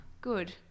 good